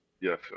Yes